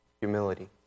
humility